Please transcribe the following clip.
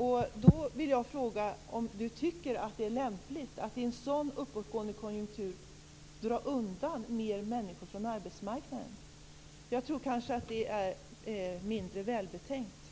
Jag vill fråga om Barbro Johansson tycker att det är lämpligt att i en sådan uppåtgående konjunktur dra undan fler människor från arbetsmarknaden. Jag tror kanske att det är mindre välbetänkt.